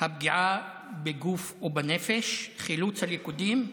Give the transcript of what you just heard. הפגיעה בגוף ובנפש וחילוץ הלכודים.